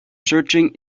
searching